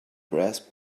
grasp